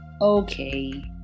Okay